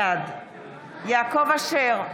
בעד יעקב אשר,